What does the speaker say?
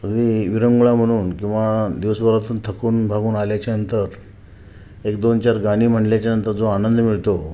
विर विरंगुळा म्हणून किंवा दिवसभरातून थकूनभागून आल्याच्यानंतर एक दोनचार गाणी म्हणल्याच्यानंतर जो आनंद मिळतो